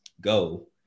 go